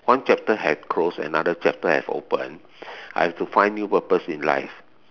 one chapter have closed another chapter have opened I have to find new purpose in life